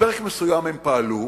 לפרק מסוים הם פעלו